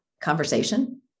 conversation